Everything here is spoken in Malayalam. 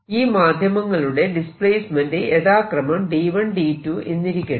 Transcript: ഈ മാധ്യമങ്ങളുടെ ഡിസ്പ്ലേസ്മെന്റ് യഥാക്രമം D1 D2 എന്നിരിക്കട്ടെ